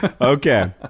Okay